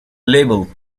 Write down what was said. label